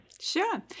Sure